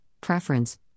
preference